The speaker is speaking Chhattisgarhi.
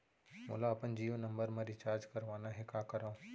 मोला अपन जियो नंबर म रिचार्ज करवाना हे, का करव?